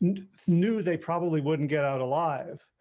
and knew they probably wouldn't get out alive.